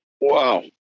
Wow